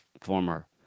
former